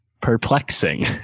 perplexing